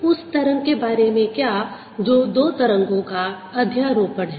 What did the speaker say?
उस तरंग के बारे में क्या जो दो तरंगों का अध्यारोपण है